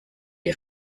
die